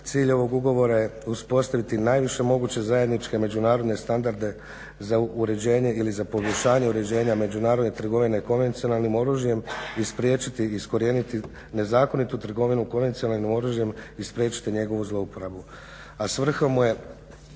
cilj ovog ugovora je uspostaviti najviše moguće zajedničke međunarodne standarde za uređenje ili za poboljšanje uređenja međunarodne trgovine konvencionalnim oružjem i spriječiti i iskorijeniti nezakonitu trgovinu konvencionalnim oružjem i spriječiti njegovu zlouporabu,